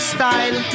Style